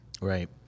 right